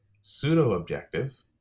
pseudo-objective